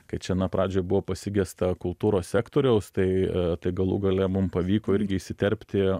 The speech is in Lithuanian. kad čia na pradžioj buvo pasigesta kultūros sektoriaus tai i tai galų gale mum pavyko irgi įsiterpti